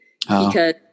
because-